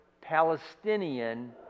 Palestinian